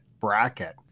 bracket